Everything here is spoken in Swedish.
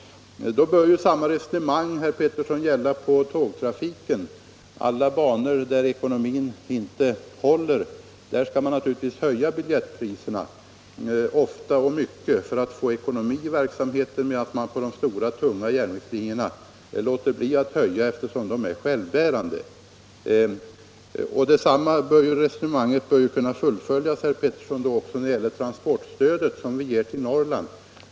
Då bör samma resonemang gälla för tågtrafiken. För alla banor där ekonomin inte håller skall man höja biljettpriserna ofta och mycket för att få ekonomi i verksamheten, medan man på de stora, tunga järnvägslinjerna låter bli att höja eftersom de är självbärande. Resonemanget bör också kunna fullföljas när det gäller transportstödet, som vi ger till Norrland.